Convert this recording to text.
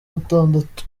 gatandatu